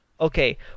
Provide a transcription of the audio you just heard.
Okay